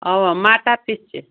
اَوا مَٹَر تہِ چھِ